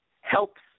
helps